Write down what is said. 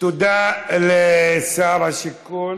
תודה לשר השיכון